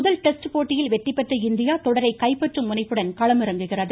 முதல் டெஸ்ட் போட்டியில் வெற்றி பெற்ற இந்தியா தொடரை கைப்பற்றும் முனைப்புடன் களமிறங்குகிறது